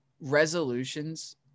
resolutions